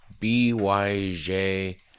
BYJ